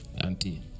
auntie